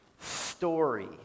story